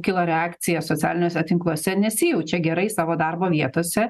kilo reakcija socialiniuose tinkluose nesijaučia gerai savo darbo vietose